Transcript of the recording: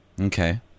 Okay